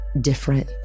different